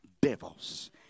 devils